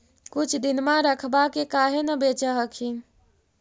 कुछ दिनमा रखबा के काहे न बेच हखिन?